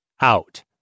out